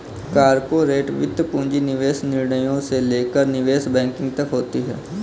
corporate वित्त पूंजी निवेश निर्णयों से लेकर निवेश बैंकिंग तक होती हैं